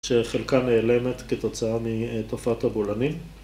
‫שחלקה נעלמת כתוצאה ‫מתופעת הבולענים.